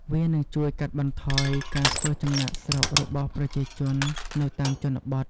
វានឹងជួយកាត់បន្ថយការធ្វើចំណាកស្រុករបស់ប្រជាជននៅតាមជនបទ។